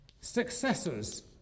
successors